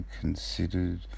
considered